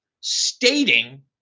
stating